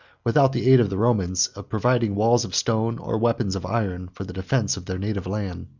without the aid of the romans, of providing walls of stone, or weapons of iron, for the defence of their native land.